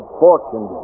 fortune